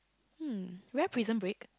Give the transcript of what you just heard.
hmm rare Prison Break